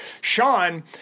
Sean